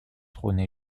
trône